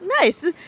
Nice